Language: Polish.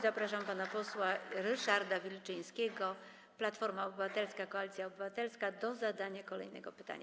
Zapraszam pana posła Ryszarda Wilczyńskiego, Platforma Obywatelska - Koalicja Obywatelska, do zadania kolejnego pytania.